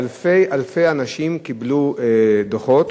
קיבלו דוחות.